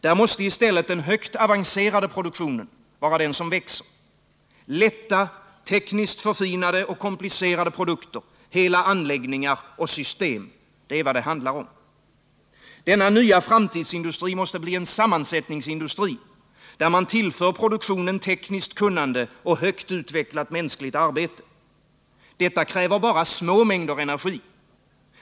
Där måste den högt avancerade produktionen vara den som växer. Det handlar om lätta, tekniskt förfinade och komplicerade produkter, hela anläggningar och system. Denna nya framtidsindustri måste bli en sammansättningsindustri, där man tillför produktionen tekniskt kunnande och högt utvecklat mänskligt arbete. Detta kräver bara små mängder energi.